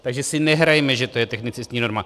Takže si nehrajme, že to je technicistní norma.